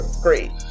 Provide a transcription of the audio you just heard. great